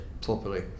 properly